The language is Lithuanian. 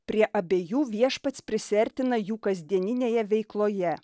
prie abiejų viešpats prisiartina jų kasdieninėje veikloje